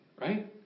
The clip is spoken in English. Right